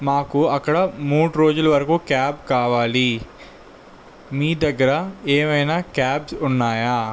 మాకు అక్కడ మూడు రోజుల వరకు క్యాబ్ కావాలి మీ దగ్గర ఏమైనా క్యాబ్స్ ఉన్నాయా